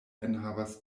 enhavas